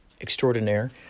extraordinaire